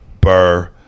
Burr